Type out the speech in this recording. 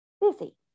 busy